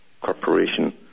Corporation